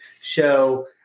So-